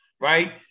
Right